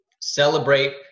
celebrate